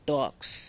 Talks